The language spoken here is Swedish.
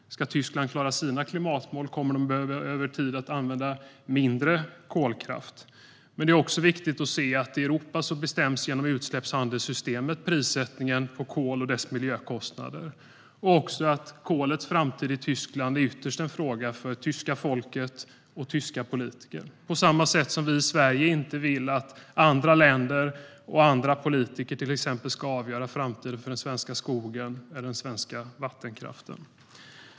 Ska Tyskland klara sina klimatmål kommer man över tid att behöva använda mindre kolkraft. Det är också viktigt att se att i Europa bestäms prissättningen på kol och dess miljökostnader genom utsläppshandelssystemet samt att kolets framtid i Tyskland ytterst är en fråga för det tyska folket och tyska politiker. På samma sätt vill inte vi i Sverige att andra länder eller andra politiker ska avgöra framtiden för till exempel den svenska skogen eller den svenska vattenkraften.